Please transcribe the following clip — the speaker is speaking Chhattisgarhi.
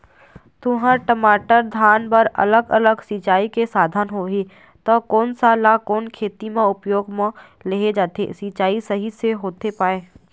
तुंहर, टमाटर, धान बर अलग अलग सिचाई के साधन होही ता कोन सा ला कोन खेती मा उपयोग मा लेहे जाथे, सिचाई सही से होथे पाए?